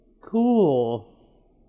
Cool